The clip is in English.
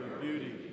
beauty